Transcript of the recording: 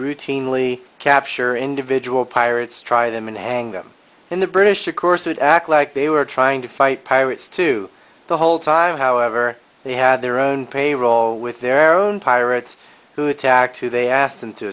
routinely capture individual pirates try them and hang them in the british of course would act like they were trying to fight pirates too the whole time however they had their own payroll with their own pirates who attacked who they asked them to